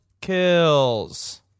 kills